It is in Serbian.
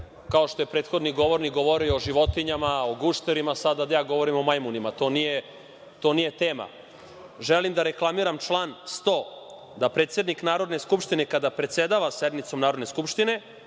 kao što je prethodni govornik govorio o životinjama, o gušterima, da sada govorim o majmunima, to nije tema. Želim da reklamiram član 100, da predsednik Narodne skupštine kada predsedava sednicom Narodne skupštine,